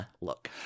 Look